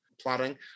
plotting